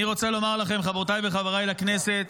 אני רוצה לומר לכם, חברותיי וחבריי לכנסת